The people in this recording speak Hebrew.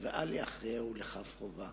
ואל יכריעהו לכף חובה".